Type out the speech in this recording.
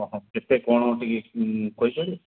ହଁ କେତେ କ'ଣ ଟିକେ କହିପାରିବେ